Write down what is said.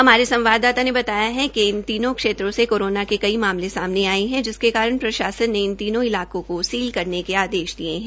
हमारे संवाददाता ने बताया है कि इन तीनों क्षेत्रों से कोरोना के कई मामले सामने आए हैं जिसके कारण प्रशासन ने इन तीनों इलाकों को सील करने के आदेश दिए हैं